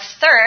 Third